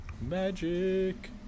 Magic